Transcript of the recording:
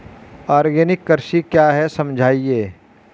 Organic कृषि क्या है समझाइए?